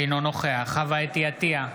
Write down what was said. אינו נוכח חוה אתי עטייה,